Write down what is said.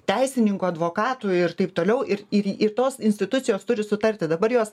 teisininkų advokatų ir taip toliau ir ir ir tos institucijos turi sutarti dabar jos